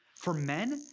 for men,